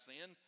sin